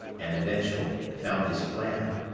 and eventually found his plan.